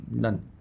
done